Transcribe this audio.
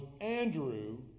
Andrew